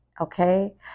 okay